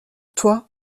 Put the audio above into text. toi